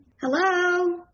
Hello